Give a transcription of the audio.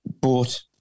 bought